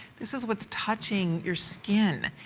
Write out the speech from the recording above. this is what is touching your skin.